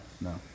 no